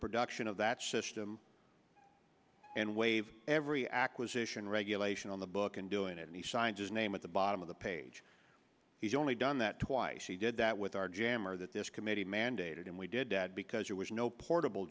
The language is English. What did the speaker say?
production of that system and waive every acquisition regulation on the book in doing it and he signs his name at the bottom of the page he's only done that twice he did that with our jammer that this committee mandated and we did that because there was no portable